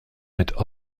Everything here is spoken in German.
mit